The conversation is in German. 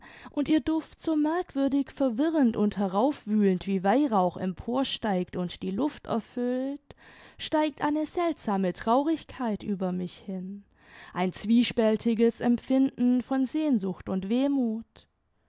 und ihr duft so nierkwürdig verwirrend und herzaufwühlend wie weihrauch emporsteigt und die luft erfüllt steigt eine seltsame traurigkeit über mich hin ein zwiespältiges empfinden von sehnsucht und wehmut